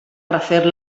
refer